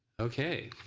okay.